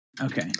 Okay